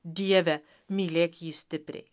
dieve mylėk jį stipriai